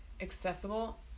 accessible